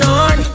on